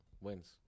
wins